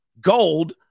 gold